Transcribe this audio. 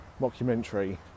documentary